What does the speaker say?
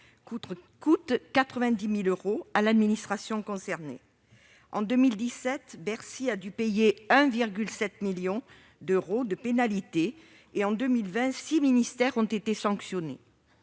coûte 90 000 euros à l'administration concernée. En 2017, Bercy a ainsi dû payer 1,7 million d'euros et, en 2020, six ministères ont été sanctionnés.